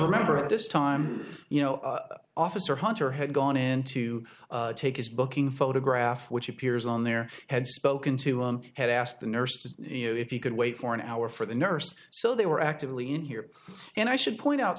remember this time you know officer hunter had gone in to take his booking photograph which appears on there had spoken to him had asked the nurse if he could wait for an hour for the nurse so they were actively in here and i should point out